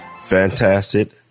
fantastic